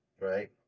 right